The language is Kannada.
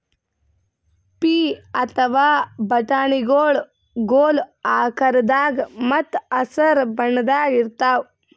ಪೀ ಅಥವಾ ಬಟಾಣಿಗೊಳ್ ಗೋಲ್ ಆಕಾರದಾಗ ಮತ್ತ್ ಹಸರ್ ಬಣ್ಣದ್ ಇರ್ತಾವ